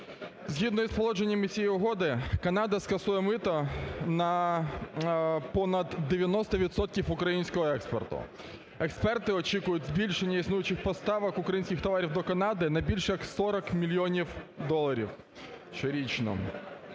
Згідно з положеннями цієї угоди Канада скасує мито на понад 90 відсотків українського експорту. Експерти очікують збільшення існуючих поставок українських товарів до Канади на більш, як 40 мільйонів доларів щорічно,